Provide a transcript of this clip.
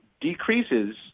decreases